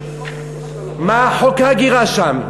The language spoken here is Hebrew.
מה חוק ההגירה שם.